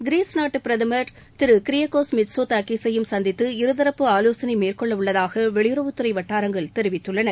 கிரிஸ் நாட்டு பிரதமர் கிரியகோஷ் மித்ஸோ தாக்கீஸையும் சந்தித்து இருதரப்பு ஆலோசனை மேற்கொள்ள உள்ளதாக வெளியுறவுத்துறை வட்டாரங்கள் தெரிவித்துள்ளன